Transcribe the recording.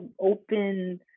open